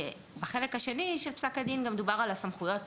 בחלק השני של פסק הדין גם דובר על הסמכויות